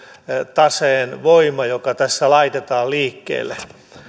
taseen voima joka tässä laitetaan liikkeelle